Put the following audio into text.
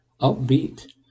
upbeat